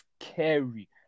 scary